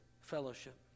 fellowship